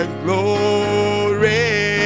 glory